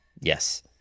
Yes